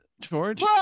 George